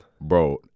Bro